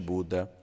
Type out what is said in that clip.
Buddha